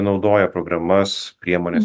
naudoja programas priemones